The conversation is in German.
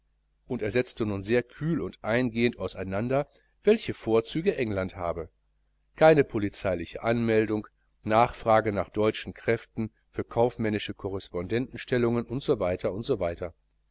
und er setzte nun sehr kühl und eingehend auseinander welche vorzüge england habe keine polizeilichen anmeldungen nachfrage nach deutschen kräften für kaufmännische korrespondentenstellungen u s w u s